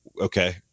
okay